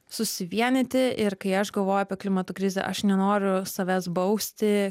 susivienyti ir kai aš galvoju apie klimato krizę aš nenoriu savęs bausti